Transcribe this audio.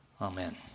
Amen